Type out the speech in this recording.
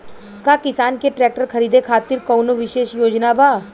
का किसान के ट्रैक्टर खरीदें खातिर कउनों विशेष योजना बा?